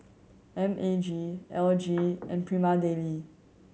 M A G L G and Prima Deli